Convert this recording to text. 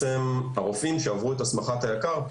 הרופאים שעברו את הסמכת היק"ר,